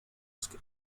skin